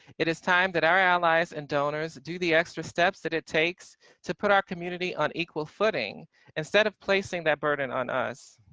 it is time that our allies and donors, take the extra steps that it takes to put our community on equal footing instead of placing that burden on us.